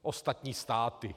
Ostatní státy.